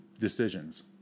decisions